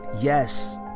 Yes